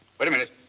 wait a minute.